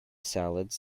salads